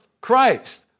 Christ